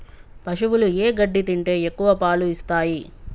పశువులు ఏ గడ్డి తింటే ఎక్కువ పాలు ఇస్తాయి?